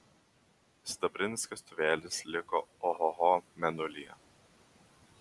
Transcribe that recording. sidabrinis kastuvėlis liko ohoho mėnulyje